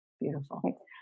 Beautiful